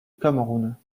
cameroun